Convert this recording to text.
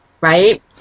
Right